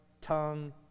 tongue